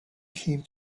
came